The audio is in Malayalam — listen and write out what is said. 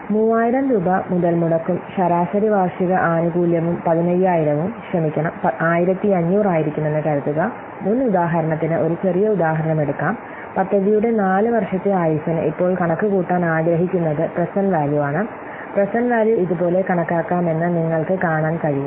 3000 രൂപ മുതൽമുടക്കും ശരാശരി വാർഷിക ആനുകൂല്യവും 15000 ക്ഷമിക്കണം 1500 ആയിരിക്കുമെന്ന് കരുതുക മുൻ ഉദാഹരണത്തിന് ഒരു ചെറിയ ഉദാഹരണം എടുക്കാം പദ്ധതിയുടെ നാല് വർഷത്തെ ആയുസ്സിനു ഇപ്പോൾ കണക്കുകൂട്ടാൻ ആഗ്രഹിക്കുന്നത് പ്രേസേന്റ്റ് വാല്യൂ ആണ് പ്രേസേന്റ്റ് വാല്യൂ ഇതുപോലെ കണക്കാക്കാമെന്ന് നിങ്ങൾക്ക് കാണാൻ കഴിയും